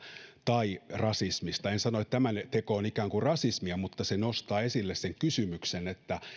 tai rasismista en sano että tämä teko on ikään kuin rasismia mutta se nostaa esille sen kysymyksen että